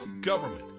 government